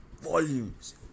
Volumes